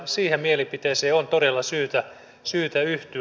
siihen mielipiteeseen on todella syytä yhtyä